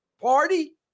party